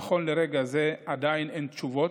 נכון לרגע זה עדיין אין תשובות.